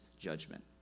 judgment